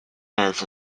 has